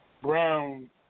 brown